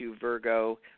Virgo